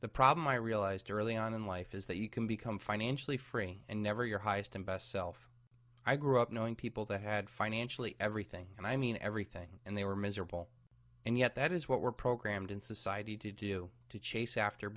the problem i realized early on in life is that you can become financially free and never your highest and best self i grew up knowing people that had financially everything and i mean everything and they were miserable and yet that is what we're programmed in society to do to chase after